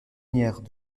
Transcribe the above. saisonnières